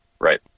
Right